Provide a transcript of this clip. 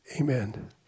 Amen